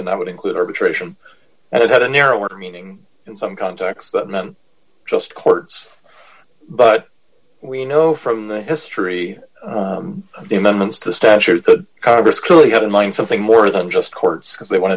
and that would include arbitration and it had a narrower meaning in some contexts that meant just courts but we know from the history of the amendments the statute good congress clearly had in mind something more than just courts because they want